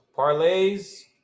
parlay's